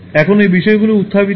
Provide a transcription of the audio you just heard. এখন এই বিষয়গুলি উত্থাপিত হয়